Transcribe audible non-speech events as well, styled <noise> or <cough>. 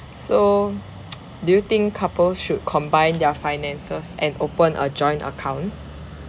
so <noise> do you think couples should combine their finances and open a joint account